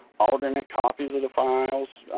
alternate copies of the files,